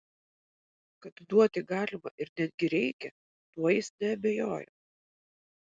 kad duoti galima ir netgi reikia tuo jis neabejojo